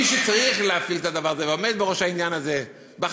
מי שצריך להפעיל את הדבר הזה ועומד בראש העניין הזה בחשבות,